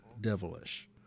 devilish